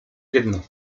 jedno